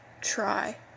try